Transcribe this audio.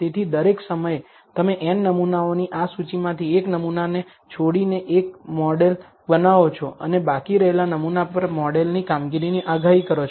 તેથી દરેક સમયે તમે n નમૂનાઓની આ સૂચિમાંથી એક નમૂના છોડીને એક મોડેલ બનાવો છો અને બાકી રહેલા નમૂના પરના મોડેલની કામગીરીની આગાહી કરો છો